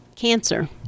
Cancer